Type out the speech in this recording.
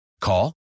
Call